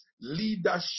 leadership